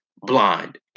blind